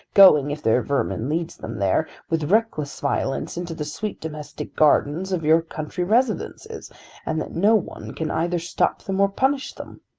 going, if their vermin leads them there, with reckless violence into the sweet domestic garden of your country residences and that no one can either stop them or punish them!